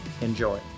Enjoy